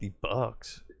bucks